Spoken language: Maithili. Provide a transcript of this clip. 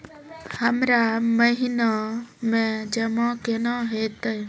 हमरा महिना मे जमा केना हेतै?